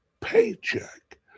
paycheck